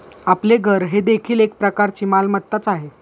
आपले घर हे देखील एक प्रकारची मालमत्ताच आहे